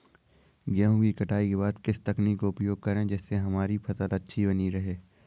गेहूँ की कटाई के बाद किस तकनीक का उपयोग करें जिससे हमारी फसल अच्छी बनी रहे?